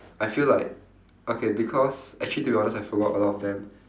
I feel like okay because actually to be honest I forgot a lot of them